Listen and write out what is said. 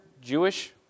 Jewish